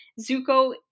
Zuko